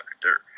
dirt